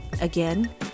Again